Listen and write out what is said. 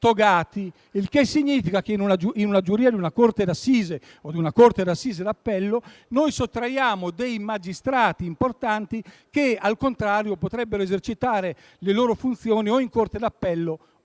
togati; questo significa che nella giuria di una corte d'assise o di una corte d'assise d'appello sottraiamo magistrati importanti, che, al contrario, potrebbero esercitare le loro funzioni o in corte d'appello o in